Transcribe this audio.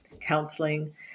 counseling